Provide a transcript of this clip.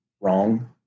wrong